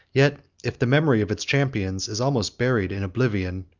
yet if the memory of its champions is almost buried in oblivion,